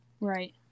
Right